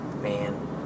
man